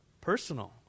Personal